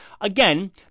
again